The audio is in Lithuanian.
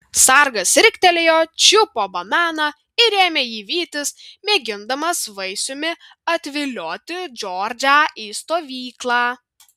sargas riktelėjo čiupo bananą ir ėmė jį vytis mėgindamas vaisiumi atvilioti džordžą į stovyklą